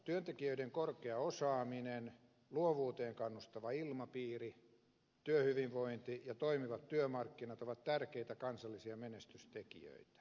työntekijöiden korkea osaaminen luovuuteen kannustava ilmapiiri työhyvinvointi ja toimivat työmarkkinat ovat tärkeitä kansallisia menestystekijöitä